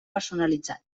personalitzat